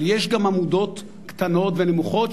אבל יש גם עמודות קטנות ונמוכות,